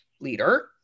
leader